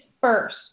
first